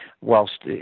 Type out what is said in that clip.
whilst